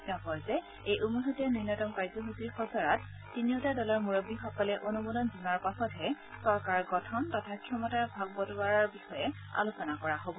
তেওঁ কয় যে এই উমৈহতীয়া ন্যনতম কাৰ্যসূচীৰ খচৰাত তিনিওটা দলৰ মুৰববীসকলে অনুমোদন জনোৱাৰ পাছতহে চৰকাৰ গঠন তথা ক্ষমতাৰ ভাগ বটোৱাৰাৰ বিষয়ে আলোচনা কৰা হব